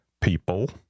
people